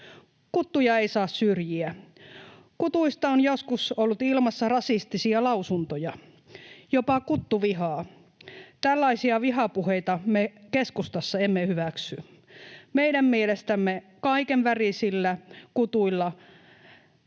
Kuttuja ei saa syrjiä. Kutuista on joskus ollut ilmassa rasistisia lausuntoja, jopa kuttuvihaa. Tällaisia vihapuheita me keskustassa emme hyväksy. Meidän mielestämme kaiken värisillä kutuilla